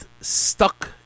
stuck